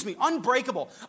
unbreakable